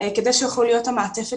כדי שיוכלו להיות מעטפת